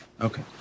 Okay